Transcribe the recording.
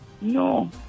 No